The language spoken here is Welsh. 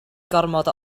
gormod